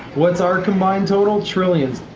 what's our combined total? trillions.